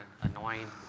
annoying